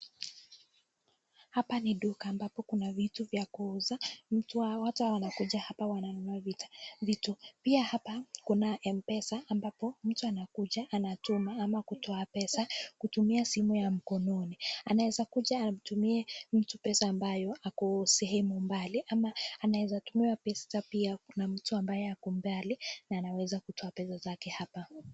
Hapa ni duka ambapo kuna vitu ya kuuza, watu hawa wanakuja hapa wananua vitu, pia hapa kuna mpesa ambapo mtu anakuja anatuma, ama kutoa pesa kutumia simu ya mkononi. Anaweza kuja atumie mtu pesa ambaye ako sehemu mbali ama anaweza tumiwa pesa pia na mtu ambaye ako mbali na anaweza kutoa pesa zake hapa.